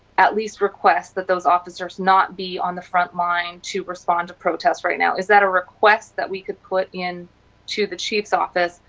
at least request, that those officers not be on the front line to respond to protests right now? is that a request we can put in to the chief's office,